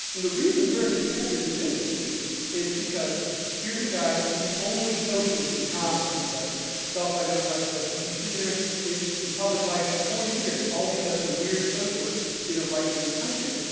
and the reason bernie sanders is interesting is because here's a guy, he's the only socialist in congress, right, self identified socialist. he's been there in in public life for forty years, always as the weird socialist in a right-wing country.